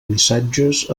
missatges